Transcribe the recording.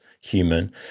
human